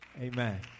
Amen